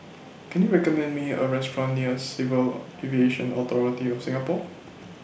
Can YOU recommend Me A Restaurant near Civil Aviation Authority of Singapore